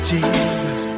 Jesus